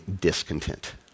discontent